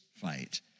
fight